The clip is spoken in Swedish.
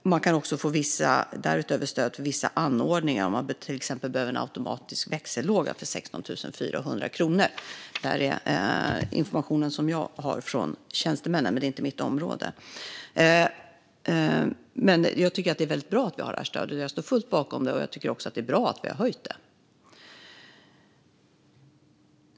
Man kan därutöver få stöd för vissa anordningar med 16 400 kronor, om man till exempel behöver en automatisk växellåda. Detta är information jag har fått från tjänstemännen - det är inte mitt område. Jag tycker att det är väldigt bra att vi har detta stöd, och jag står bakom det till fullo. Jag tycker också att det är bra att vi har höjt det.